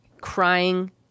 crying